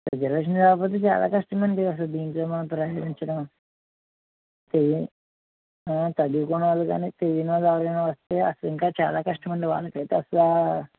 reservation లేకపోతే చాలా కష్టం అండి అసలు దీనిలో మనం ప్రవేశించడం చదువుకొని వాళ్ళు కానీ తెలియని వాళ్ళు ఎవరైనా వస్తే అసలు ఇంకా చాలా కష్టమండి వాళ్ళకి అయితే అసలు